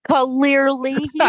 Clearly